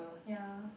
ya